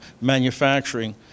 manufacturing